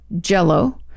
jello